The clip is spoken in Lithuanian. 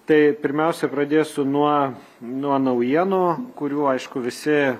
tai pirmiausia pradėsiu nuo nuo naujienų kurių aišku visi